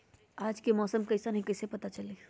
आज के मौसम कईसन हैं कईसे पता चली?